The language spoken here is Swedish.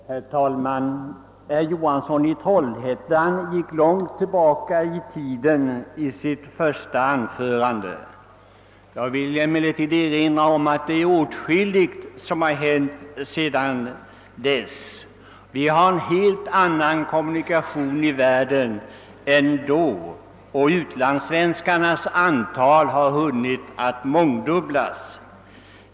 Herr talman! Herr Johansson i Trollhättan gick långt tillbaka i tiden i sitt första anförande. Jag vill emellertid erinra om att åtskilligt har hänt sedan dess. Vi har helt andra kommunikationer i världen än vi då hade, och utlandssvenskarnas antal har hunnit att mångdubblas.